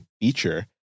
feature